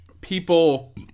People